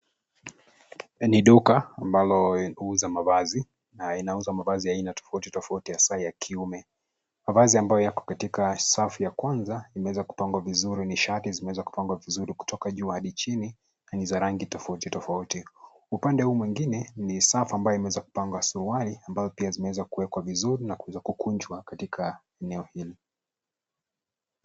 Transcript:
Ni duka ambalo linauza mavazi na inauza mavazi ya aina tofauti tofauti hasa ya kiume , mavazi ambayo yako katika safu ya kwanza yameweza kupangwa vizuri ni shati zimeweza kupangwa vizuri kutoka juu hadi chini na ni za rangi tofauti tofauti, upande huu mwingine ni safu ambayo imeweza kupangwa suruali ambayo pia imeweza kuwekwa vizuri na kukunjwa katika eneo hili.